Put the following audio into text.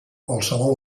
qualsevol